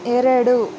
ಎರಡು